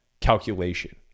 calculation